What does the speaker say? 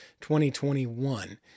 2021